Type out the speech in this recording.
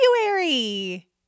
February